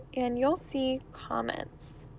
and you'll see comments.